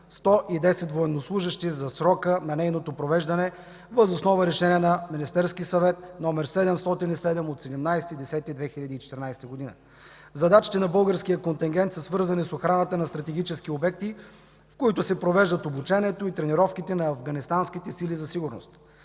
110 военнослужещи за срока на нейното провеждане, въз основа Решение на Министерския съвет № 707 от 17 октомври 2014 г. Задачите на българския контингент са свързани с охраната на стратегически обекти, в които се провеждат обучението и тренировките на афганистанските сили за сигурност.